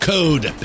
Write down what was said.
Code